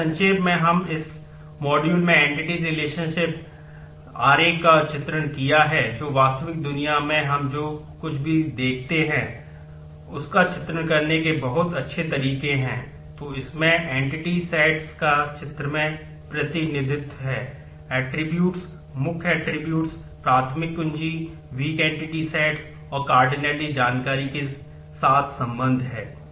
इसलिए संक्षेप में हमें इस मॉड्यूल में एंटिटी रिलेशनशिप आरेख जानकारी के साथ संबंध हैं